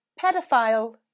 pedophile